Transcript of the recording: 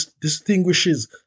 distinguishes